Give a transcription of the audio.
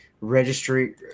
registry